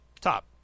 top